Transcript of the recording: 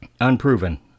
Unproven